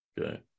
okay